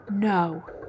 No